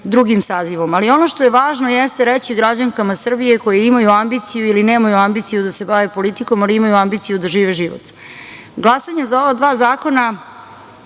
drugim sazivom. Ali, ono što je važno jeste, reći građankama Srbije, koje imaju ambiciju, ili nemaju ambiciju da se bave politikom, ali imaju ambiciju da žive život, glasanjem za ova dva zakona,